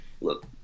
look